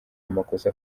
amakosa